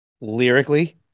Lyrically